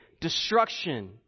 destruction